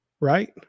Right